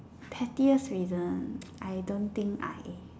pettiest reason I don't think I